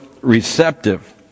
receptive